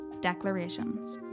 Declarations